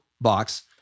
box